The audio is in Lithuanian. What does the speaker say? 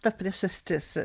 ta priežastis